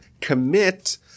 commit